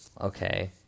okay